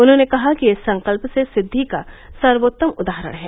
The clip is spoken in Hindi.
उन्होंने कहा कि यह संकल्प से सिद्वि का सर्वोत्तम उदाहरण है